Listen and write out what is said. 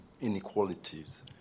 inequalities